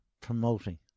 promoting